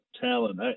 talent